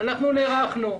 אנחנו נערכנו.